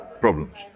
problems